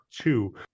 two